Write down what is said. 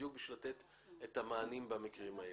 בדיוק בשביל לתת את המענים במקרים האלה.